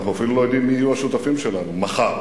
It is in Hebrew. אנחנו אפילו לא יודעים מי יהיו השותפים שלנו מחר.